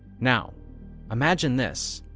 now imagine this,